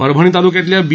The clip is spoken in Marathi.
परभणी तालुक्यातल्या बी